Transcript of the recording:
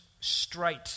straight